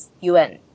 UN